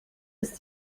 ist